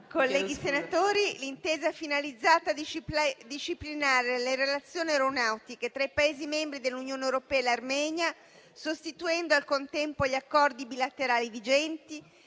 colleghi senatori, l'intesa finalizzata a disciplinare le relazioni aeronautiche tra i Paesi membri dell'Unione europea e l'Armenia, sostituendo al contempo gli accordi bilaterali vigenti,